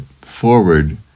forward